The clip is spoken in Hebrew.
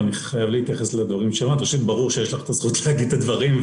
אני לא מדברת על מקרים שצריך לצאת לדיאליזה בישראל לסדרת טיפולים.